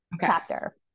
chapter